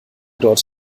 dort